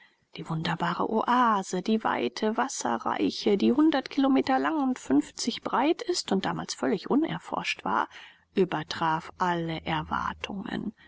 die wunderbare oase die weite wasserreiche die hundert kilometer lang und fünfzig breit ist und damals völlig unerforscht war übertraf alle erwartungen